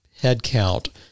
headcount